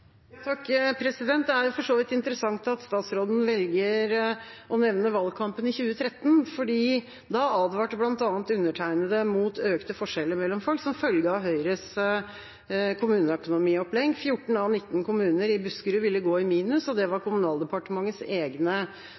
Det er for så vidt interessant at statsråden velger å nevne valgkampen i 2013, for da advarte bl.a. undertegnede mot økte forskjeller mellom folk som følge av Høyres kommuneøkonomiopplegg. 14 av 19 kommuner i Buskerud ville gå i minus, og det var Kommunaldepartementets egne